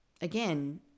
again